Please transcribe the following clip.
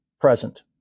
present